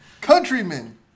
Countrymen